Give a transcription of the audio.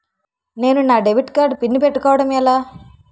నేను నా debit card PIN పెట్టుకోవడం ఎలా?